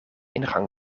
ingang